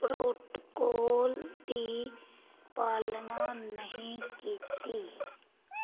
protocol ਦੀ ਪਾਲਣਾ ਨਹੀਂ ਕੀਤੀ